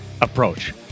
approach